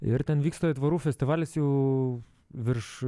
ir ten vyksta aitvarų festivalis jau virš